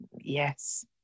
Yes